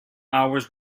hours